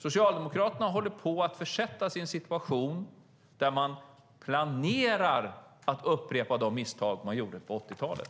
Socialdemokraterna håller på att försätta sig i en situation där de planerar att upprepa de misstag de gjorde på 80-talet.